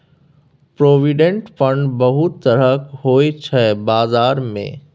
provident fund बहुत तरहक होइ छै बजार मे